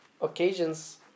occasions